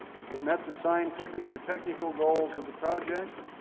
it met the scientific or technical goals of the project,